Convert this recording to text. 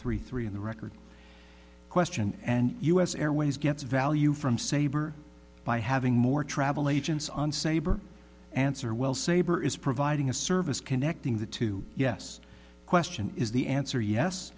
three three in the record question and us airways gets value from saber by having more travel agents on saber answer well saber is providing a service connecting the to yes question is the answer yes